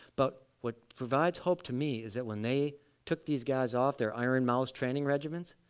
but what provides hope to me is that when they took these guys off their iron mouse training regiments,